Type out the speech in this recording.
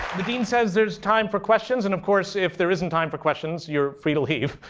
the dean says there's time for questions, and of course, if there isn't time for questions you're free to leave.